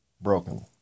broken